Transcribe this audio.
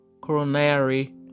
coronary